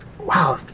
wow